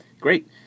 Great